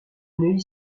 neuilly